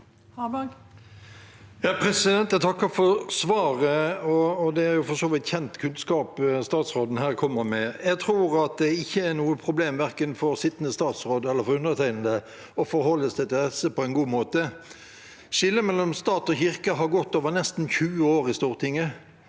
Jeg takker for svaret. Det er for så vidt kjent kunnskap statsråden her kommer med. Jeg tror at det ikke er noe problem verken for sittende statsråd eller for undertegnede å forholde seg til dette på en god måte. Skillet mellom stat og kirke har gått over nesten 20 år i Stortinget,